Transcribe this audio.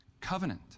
covenant